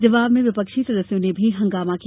जबाव में विपक्षी सदस्यों ने भी हंगामा किया